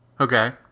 Okay